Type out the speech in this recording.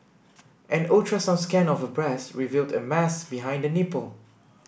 an ultrasound scan of her breast revealed a mass behind the nipple